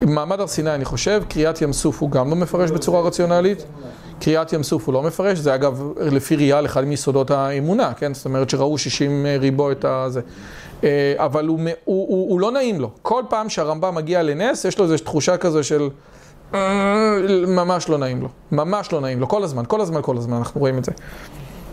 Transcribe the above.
מעמד הר סיני, אני חושב, קריאת ים-סוף הוא גם לא מפרש בצורה רציונלית. קריאת ים-סוף הוא לא מפרש. זה אגב, לפי ראיה, אחד מיסודות האמונה, כן? זאת אומרת שראו שישים ריבו את זה. אבל הוא לא נעים לו. כל פעם שהרמב״ם מגיע לנס, יש לו איזושהי תחושה כזו של... ממש לא נעים לו, ממש לא נעים לו. כל הזמן, כל הזמן, כל הזמן אנחנו רואים את זה.